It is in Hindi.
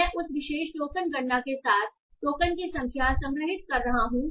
मैं उस विशेष टोकन गणना के साथ टोकन की संख्या संग्रहीत कर रहा हूं